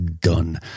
done